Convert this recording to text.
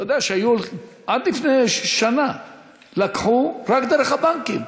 אתה יודע שעד לפני שנה לקחו רק דרך הבנקים,